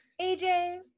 AJ